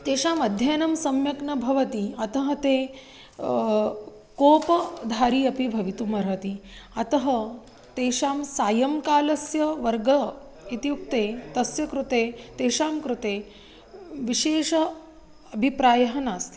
तेषाम् अध्ययनं सम्यक् न भवति अतः ते कोपधारी अपि भवितुम् अर्हति अतः तेषां सायङ्कालस्य वर्गः इत्युक्ते तस्य कृते तेषां कृते विशेषः अभिप्रायः नास्ति